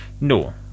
No